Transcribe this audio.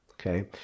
okay